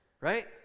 Right